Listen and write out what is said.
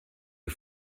wir